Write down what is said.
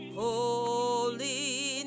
holy